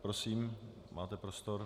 Prosím, máte prostor.